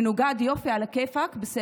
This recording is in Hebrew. מנוגד, יופי, עלא כיפאק, בסדר.